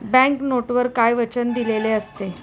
Bank नोटवर काय वचन दिलेले असते?